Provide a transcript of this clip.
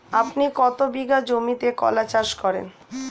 আপনি কত বিঘা জমিতে কলা চাষ করেন?